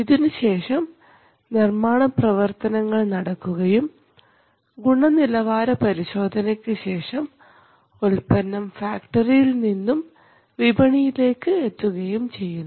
ഇതിനുശേഷം നിർമ്മാണ പ്രവർത്തനങ്ങൾ നടക്കുകയും ഗുണനിലവാര പരിശോധനയ്ക്ക് ശേഷം ഉൽപ്പന്നം ഫാക്ടറിയിൽ നിന്നുംവിപണിയിലേക്ക് എത്തുകയും ചെയ്യുന്നു